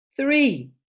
Three